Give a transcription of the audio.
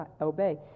obey